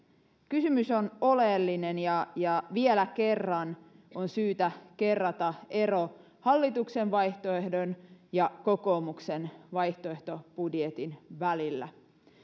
kysymys on oleellinen ja ja vielä kerran on syytä kerrata ero hallituksen vaihtoehdon ja kokoomuksen vaihtoehtobudjetin välillä